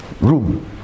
room